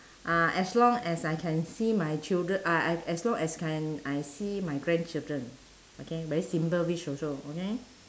uh as long as I can see my children uh I as long as can I see my grandchildren okay very simple wish also okay